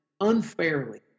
unfairly